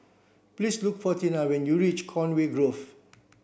please look for Tina when you reach Conway Grove